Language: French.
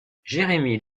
jérémy